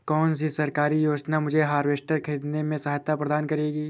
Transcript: कौन सी सरकारी योजना मुझे हार्वेस्टर ख़रीदने में सहायता प्रदान करेगी?